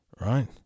right